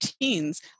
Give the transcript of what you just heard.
teens